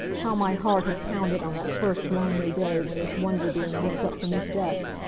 how my heart had pounded on that first lonely day when this wonder-being looked up from his desk,